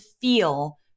feel